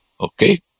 Okay